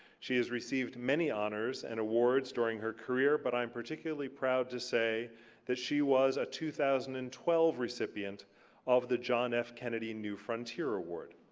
she has received many honors and awards during her career, but i'm particularly proud to say that she was a two thousand and twelve recipient of the john f kennedy new frontier award.